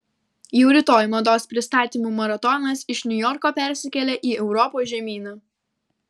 jau rytoj mados pristatymų maratonas iš niujorko persikelia į europos žemyną